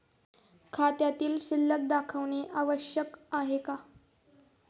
खात्यातील शिल्लक दाखवणे आवश्यक आहे का?